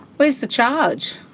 where's the charge?